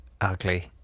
ugly